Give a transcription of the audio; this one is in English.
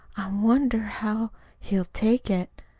i wonder how he'll take it.